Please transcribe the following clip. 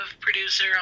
producer